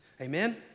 Amen